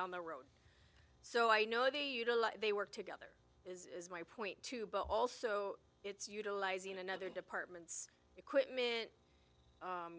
down the road so i know that they work together is my point too but also it's utilizing another department's equipment